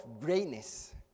greatness